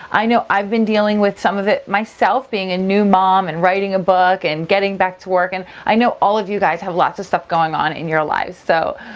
i know i've been dealing with some of it myself, being a new mom and writing a book and getting back to work. and i know all of you guys have lots of stuff going on in your life. so,